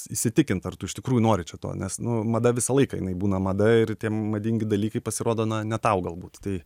įsitikint ar tu iš tikrųjų nori čia to nes nu mada visą laiką jinai būna mada ir tie madingi dalykai pasirodo na ne tau galbūt tai